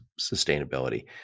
sustainability